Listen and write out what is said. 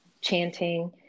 chanting